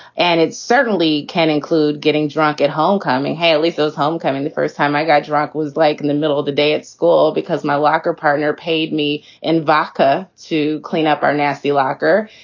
and it certainly can include getting drunk at homecoming. haleys those homecoming, the first time i got drunk was like in the middle of the day at school because my locker partner paid me in vacca to clean up our nasty locker.